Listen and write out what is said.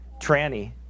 tranny